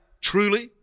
truly